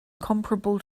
comparable